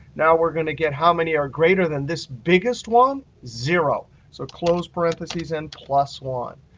now we're going to get how many are greater than this biggest one? zero. so close parentheses and plus one.